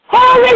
Holy